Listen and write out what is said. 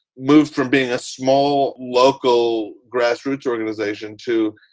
moved from being a small local grassroots organization to,